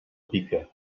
pica